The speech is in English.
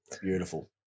Beautiful